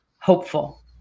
hopeful